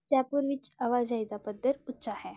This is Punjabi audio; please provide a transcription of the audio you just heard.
ਜੈਪੁਰ ਵਿੱਚ ਆਵਾਜਾਈ ਦਾ ਪੱਧਰ ਉੱਚਾ ਹੈ